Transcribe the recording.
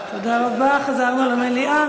תודה רבה, חזרנו למליאה.